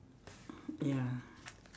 ya